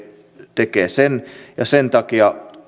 tekee sen ja sen takia